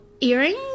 earrings